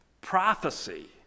Prophecy